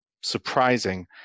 surprising